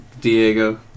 Diego